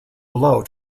below